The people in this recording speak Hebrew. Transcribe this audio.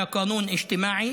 זה חוק חברתי,